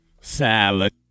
salad